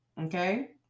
okay